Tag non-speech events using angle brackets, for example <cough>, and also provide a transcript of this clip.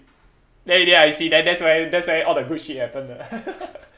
then in the end I see then that's where that's where all the good shit happen ah <laughs>